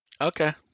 Okay